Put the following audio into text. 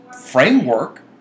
framework